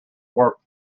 warped